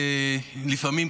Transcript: לפעמים,